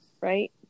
right